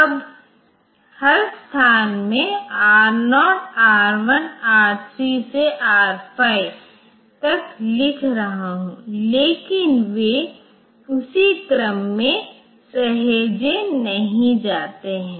अब हर जगह मैं R0 R1 R3 से R5 तक लिख रहा हूं लेकिन वे उसी क्रम में सहेजे नहीं जाते हैं